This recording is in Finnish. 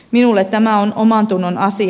minulle tämä on omantunnon asia